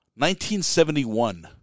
1971